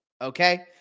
Okay